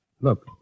Look